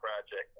project